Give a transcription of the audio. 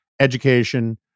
education